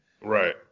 Right